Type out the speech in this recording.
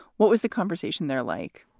what was the conversation there like?